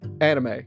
anime